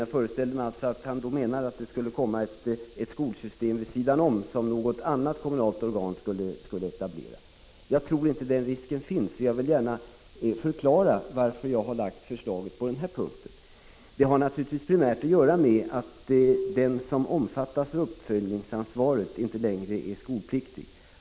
Jag föreställde mig att han menade att det skulle uppstå ett slags skolstyrelsesystem vid sidan om, etablerat av något annat kommunalt organ. Jag tror inte att den risken finns, och jag vill förklara bakgrunden till mitt förslag på denna punkt. Det har naturligtvis primärt att göra med att den som omfattas av uppföljningsansvaret inte längre är skolpliktig.